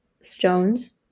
stones